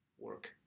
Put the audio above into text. work